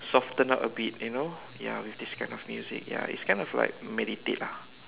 soften up a bit you know ya with this kind of music ya it's kind of like meditate lah